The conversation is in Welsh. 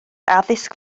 addysg